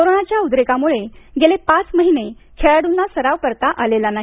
कोरोनाच्या उद्रेकामुळे गेले पाच महिने खेळाडूंना सराव करता आलेला नाही